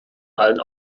allen